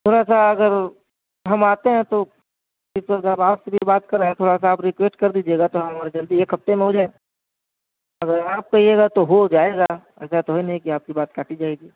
تھوڑا سا اگر ہم آتے ہیں تو پرنسپل صاحب آپ سے بھی بات کریں تھوڑا سا آپ ریکویسٹ کر دیجئے گا تو ہمارا جلدی ایک ہفتے میں ہو جائے اگر آپ کہیے گا تو ہو جائے گا ایسا تو ہے نہیں کہ آپ کی بات کاٹی جائے گی